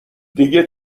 دیگه